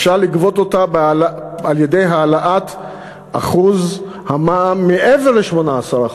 אפשר לגבות את זה על-ידי העלאת אחוז המע"מ מעבר ל-18%,